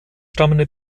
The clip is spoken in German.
stammende